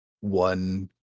one